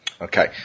Okay